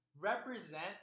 represent